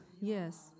yes